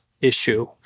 issue